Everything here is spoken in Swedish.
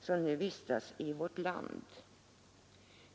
som vistas i vårt land.